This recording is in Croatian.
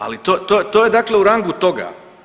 Ali to je, dakle u rangu toga.